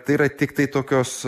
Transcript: tai yra tiktai tokios